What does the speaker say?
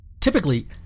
Typically